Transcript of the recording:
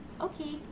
okay